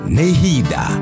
Nehida